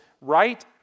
right